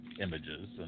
images